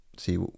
see